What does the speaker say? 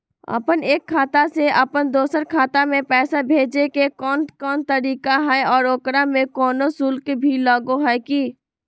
अपन एक खाता से अपन दोसर खाता में पैसा भेजे के कौन कौन तरीका है और ओकरा में कोनो शुक्ल भी लगो है की?